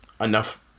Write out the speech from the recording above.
enough